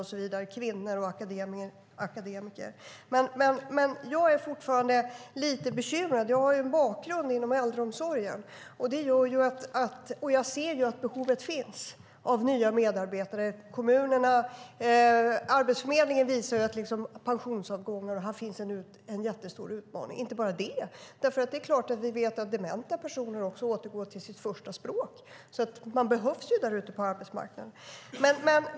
Det handlar om kvinnor och akademiker och så vidare. Men jag är fortfarande lite bekymrad. Jag har en bakgrund inom äldreomsorgen. Jag ser att behovet finns av nya medarbetare. Arbetsförmedlingen visar att pensionsavgångar är en jättestor utmaning. Det är inte bara det. Vi vet att dementa personer också återgår till sitt första språk. Man behövs alltså där ute på arbetsmarknaden.